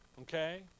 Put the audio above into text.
Okay